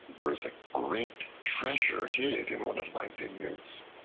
there is a great treasure hid in one of my vineyards.